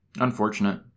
Unfortunate